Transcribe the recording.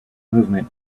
movement